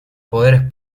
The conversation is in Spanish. poderes